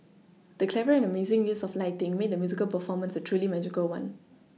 the clever and amazing use of lighting made the musical performance a truly magical one